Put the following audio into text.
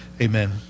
Amen